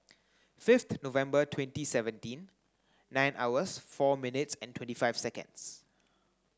fifth November twenty seventeen nine hours four minutes and twenty five seconds